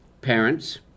parents